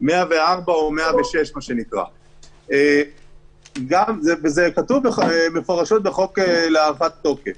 104 או 106. זה כתוב מפורשות בחוק להארכת תוקף.